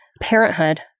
parenthood